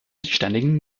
ständigen